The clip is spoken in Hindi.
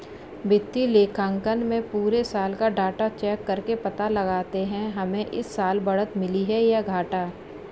वित्तीय लेखांकन में पुरे साल का डाटा चेक करके पता लगाते है हमे इस साल बढ़त मिली है या घाटा